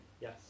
Yes